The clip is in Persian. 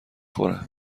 خوره